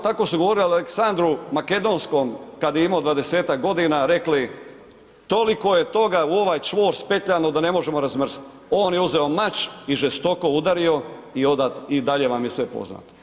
Tako su govorili Aleksandru Makedonskom kad je im'o dvadesetak godina rekli, toliko je toga u ovaj čvor spetljano da ne možemo razmrsit, on je uzeo mač i žestoko udario i dalje vam je sve poznato.